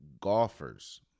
golfers